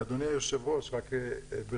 אדוני היו"ר ברשותך,